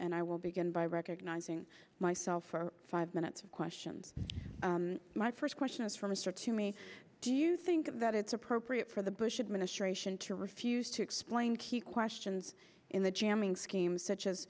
and i will begin by recognizing myself for five minutes of questions my first question is for mr to me do you think that it's appropriate for the bush administration to refuse to explain key questions in the jamming scheme such as